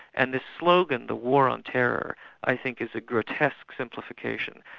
and the slogan, the war on terror i think is a grotesque simplification.